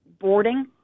boarding